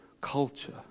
culture